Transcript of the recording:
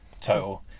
total